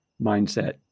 mindset